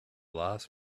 last